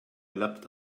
leapt